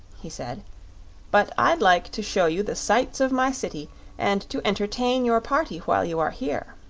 he said but i'd like to show you the sights of my city and to entertain your party while you are here.